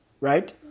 right